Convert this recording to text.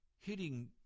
hitting